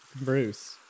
Bruce